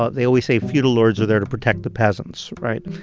ah they always say feudal lords are there to protect the peasants, right?